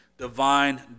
divine